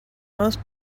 most